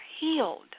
healed